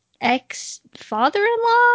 ex-father-in-law